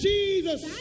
Jesus